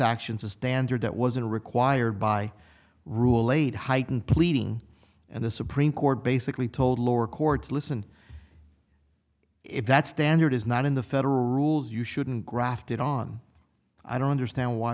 actions a standard that wasn't required by rule late heightened pleading and the supreme court basically told lower courts listen if that standard is not in the federal rules you shouldn't grafted on i don't understand why